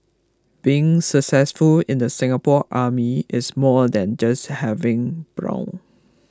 being successful in the Singapore Army is more than just having brawn